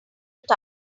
type